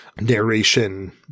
narration